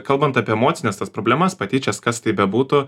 kalbant apie emocines tas problemas patyčias kas tai bebūtų